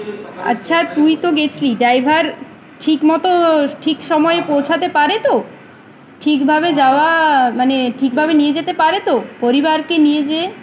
আচ্ছা তুই তো গেছিলি ড্রাইভার ঠিকমতো ঠিক সময়ে পৌঁছাতে পারে তো ঠিকভাবে যাওয়া মানে ঠিকভাবে নিয়ে যেতে পারে তো পরিবারকে নিয়ে যেয়ে